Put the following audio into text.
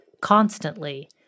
constantly